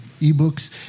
e-books